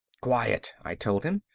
quiet, i told him.